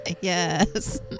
Yes